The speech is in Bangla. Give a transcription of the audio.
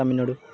তামিলনাড়ু